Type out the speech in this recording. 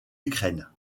ukraine